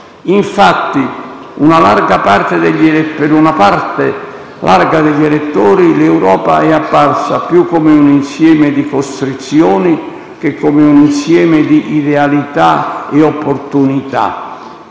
Infatti, per una larga parte degli elettori, l'Europa è apparsa più come un insieme di costrizioni che come un insieme di idealità e di opportunità.